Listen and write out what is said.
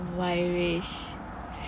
viresh